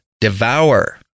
Devour